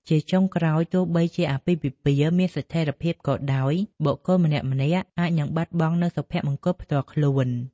ជាចុងក្រោយ ទោះបីជាអាពាហ៍ពិពាហ៍មានស្ថិរភាពក៏ដោយ បុគ្គលម្នាក់ៗអាចនឹងបាត់បង់នូវសុភមង្គលផ្ទាល់ខ្លួន។